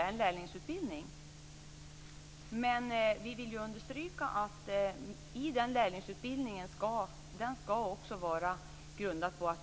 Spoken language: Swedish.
Det finns en majoritet i kammaren för det.